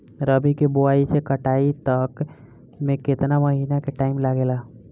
रबी के बोआइ से कटाई तक मे केतना महिना के टाइम लागेला?